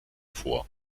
vor